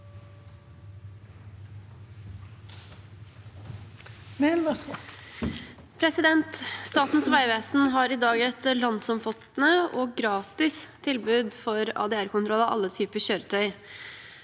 Statens vegvesen har i dag et landsomfattende og gratis tilbud for ADRkontroll av alle typer kjøretøy.